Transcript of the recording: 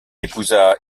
épousa